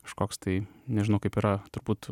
kažkoks tai nežinau kaip yra turbūt